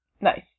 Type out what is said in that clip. Nice